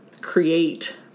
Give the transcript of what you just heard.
create